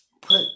put